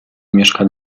mieszka